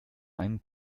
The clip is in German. einen